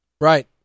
Right